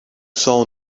saw